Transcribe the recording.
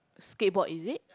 skateboard is it